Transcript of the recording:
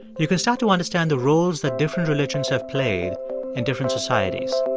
you can start to understand the roles that different religions have played in different societies